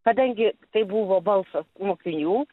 kadangi tai buvo balsas mokinių